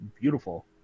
beautiful